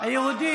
אתה אמרת